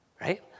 right